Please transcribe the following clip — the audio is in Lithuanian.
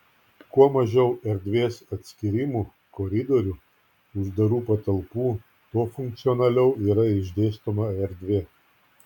kuo mažiau erdvės atskyrimų koridorių uždarų patalpų tuo funkcionaliau yra išdėstoma erdvė